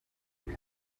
this